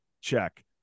check